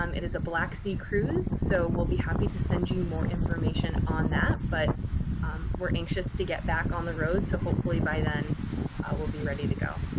um it is a black sea cruise. so we'll be happy to send you more information on that. but we're anxious to get back on the road. so hopefully by then we'll be ready to go.